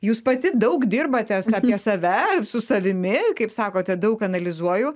jūs pati daug dirbate apie save su savimi kaip sakote daug analizuoju